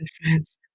France